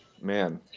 man